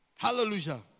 Hallelujah